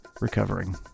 recovering